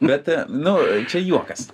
bet nu čia juokas